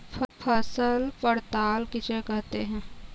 फसल पड़ताल किसे कहते हैं?